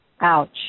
ouch